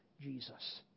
Jesus